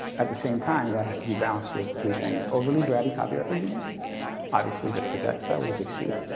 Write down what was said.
at the same time, that has to be a balanced with three things overly grabby copyright regimes obviously that's the death star with the big c.